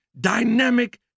dynamic